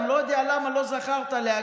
אני לא יודע למה לא זכרת להגיד